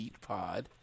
Pod